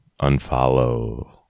Unfollow